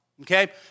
Okay